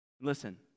listen